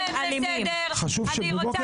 מה שאני אומר,